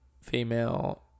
female